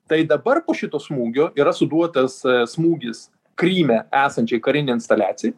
tai dabar po šito smūgio yra suduotas smūgis kryme esančiai kariniai instaliacijai